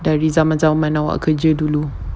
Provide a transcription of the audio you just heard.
dari zaman-zaman awak kerja dulu